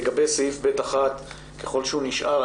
לגבי סעיף (ב)(1) ככל שהוא נשאר,